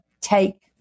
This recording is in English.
take